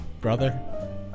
Brother